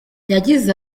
yagize